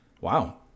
Wow